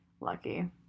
Lucky